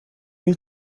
you